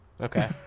Okay